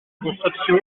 construction